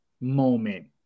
moment